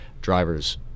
drivers